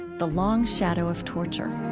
the long shadow of torture.